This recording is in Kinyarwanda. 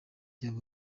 yari